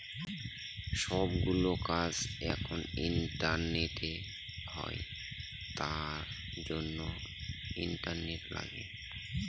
সব গুলো কাজ এখন ইন্টারনেটে হয় তার জন্য ইন্টারনেট লাগে